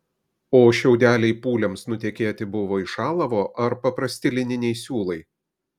o šiaudeliai pūliams nutekėti buvo iš alavo ar paprasti lininiai siūlai